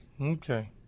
Okay